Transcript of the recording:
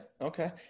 Okay